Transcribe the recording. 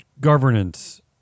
governance